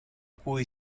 cui